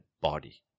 body